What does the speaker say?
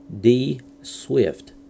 D-Swift